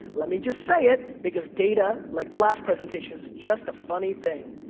let me just say it because data, like the last presentation, is just a funny thing.